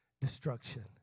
destruction